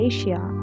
Asia